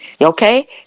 Okay